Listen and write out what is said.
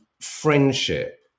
friendship